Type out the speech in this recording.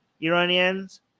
Iranians